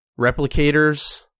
replicators